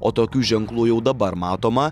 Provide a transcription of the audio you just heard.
o tokių ženklų jau dabar matoma